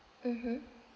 mmhmm